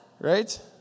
Right